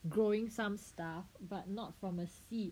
growing some stuff but not from the seed